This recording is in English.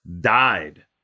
died